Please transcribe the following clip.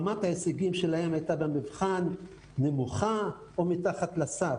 רמת ההישגים הייתה במבחן נמוכה או מתחת לסף.